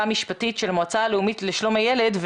המשפטית של המועצה הלאומית לשלום הילד.